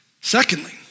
Secondly